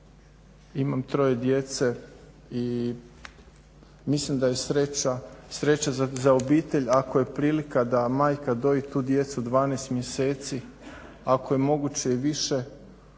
imam troje djece i mislim da je sreća za obitelj ako je prilika da majka doji tu djecu 12 mjeseci ako je moguće i više